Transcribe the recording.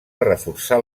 reforçar